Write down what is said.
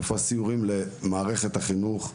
איפה הסיורים למערכת החינוך?